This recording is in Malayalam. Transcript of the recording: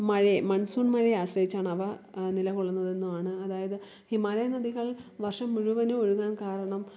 മഴയെ മൺസൂൺ മഴയെ ആശ്രയിച്ചാണ് അവ നിലകൊള്ളുന്നതെന്നാണ് അതായത് ഹിമാലയൻ നദികൾ വർഷം മുഴുവനുമൊഴുകാൻ കാരണം